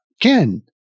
Ken